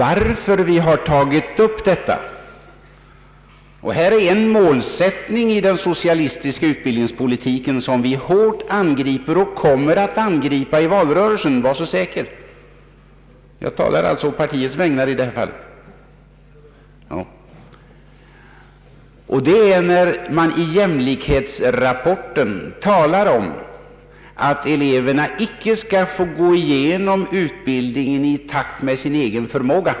Anledningen till att vi tagit upp detta — och här gäller det en målsättning i den socialistiska utbildningspolitiken som vi hårt angriper och kommer att angripa i valrörelsen; var så säker, jag talar alltså på mitt partis vägnar i detta fall — är att man i jämlikhetsrapporten talar om att eleverna icke skall få gå igenom utbildningen i takt med sin egen förmåga.